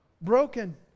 broken